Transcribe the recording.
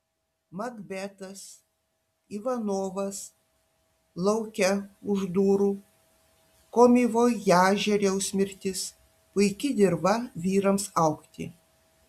makbetas ivanovas lauke už durų komivojažieriaus mirtis puiki dirva vyrams augti